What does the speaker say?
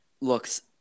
looks